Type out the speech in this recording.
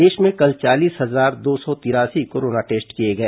प्रदेश में कल चालीस हजार दो सौ तिरासी कोरोना टेस्ट किए गए